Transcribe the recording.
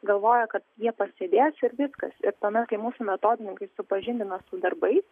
galvoja kad jie pasėdės ir viskas ir tuomet kai mūsų metodininkai supažindina su darbais